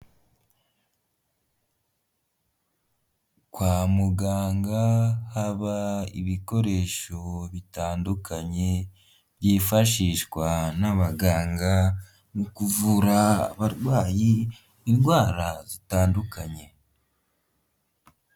kwa muganga haba ibikoresho bitandukanye byifashishwa n'abaganga mu kuvura abarwayi indwara zitandukanye.